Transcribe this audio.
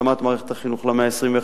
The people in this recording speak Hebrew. התאמת מערכת החינוך למאה ה-21,